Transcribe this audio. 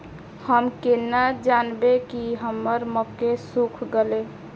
हम केना जानबे की हमर मक्के सुख गले?